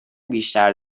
بیشتر